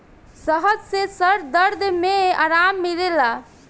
शहद से सर दर्द में आराम मिलेला